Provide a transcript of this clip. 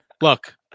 Look